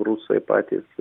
rusai patys